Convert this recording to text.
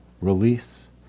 release